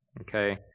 Okay